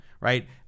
right